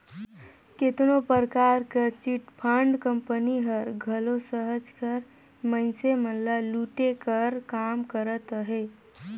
केतनो परकार कर चिटफंड कंपनी हर घलो सहज कर मइनसे मन ल लूटे कर काम करत अहे